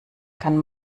kann